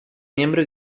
miembro